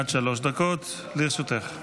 עד שלוש דקות לרשותך.